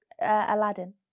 Aladdin